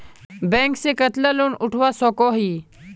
Bank से कतला loan उठवा सकोही?